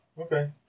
Okay